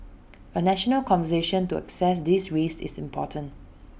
A national conversation to assess these risks is important